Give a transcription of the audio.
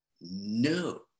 No